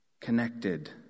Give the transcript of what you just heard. connected